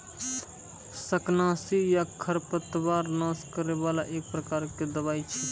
शाकनाशी या खरपतवार नाश करै वाला एक प्रकार के दवाई छेकै